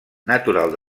natural